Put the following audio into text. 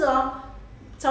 true true